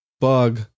bug